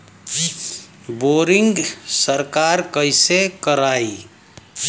Boring सरकार कईसे करायी?